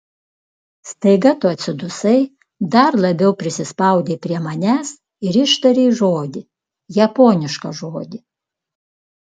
staiga tu atsidusai dar labiau prisispaudei prie manęs ir ištarei žodį japonišką žodį